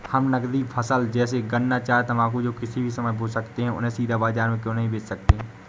हम नगदी फसल जैसे गन्ना चाय तंबाकू जो किसी भी समय में हो सकते हैं उन्हें सीधा बाजार में क्यो नहीं बेच सकते हैं?